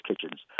kitchens